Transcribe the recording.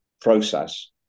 process